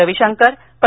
Ravishankar Pandit